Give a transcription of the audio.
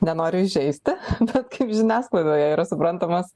nenoriu įžeisti bet kaip žiniasklaidoje yra suprantamas